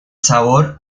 sabor